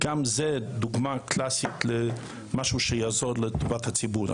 גם זאת דוגמה קלאסית למשהו שיעזור ויהיה לטובת הציבור.